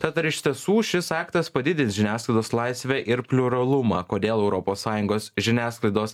tad ar iš tiesų šis aktas padidins žiniasklaidos laisvę ir pliuralumą kodėl europos sąjungos žiniasklaidos